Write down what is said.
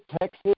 Texas